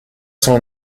son